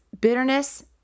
bitterness